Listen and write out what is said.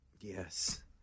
Yes